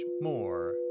more